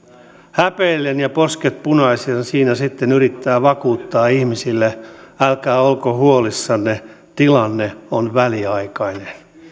häpeillen ja posket punaisena siinä sitten yrittää vakuuttaa ihmisille että älkää olko huolissanne tilanne on väliaikainen